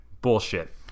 Bullshit